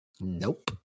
Nope